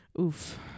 Oof